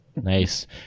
Nice